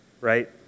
right